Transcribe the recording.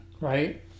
Right